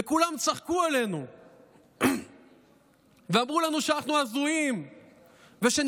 וכולם צחקו עלינו ואמרו לנו שאנחנו הזויים ושנפרוש,